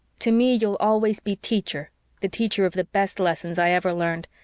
to me you'll always be teacher' the teacher of the best lessons i ever learned.